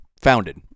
founded